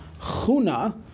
Chuna